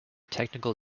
technical